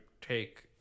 take